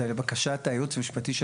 זה לבקשת הייעוץ המשפטי של